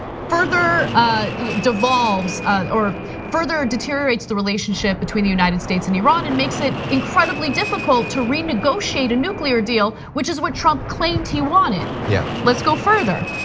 further ah devolves or further deteriorates the relationship between the united states and iran and makes it incredibly difficult to renegotiate a nuclear deal, which is what trump claimed he wanted. yeah let's go further.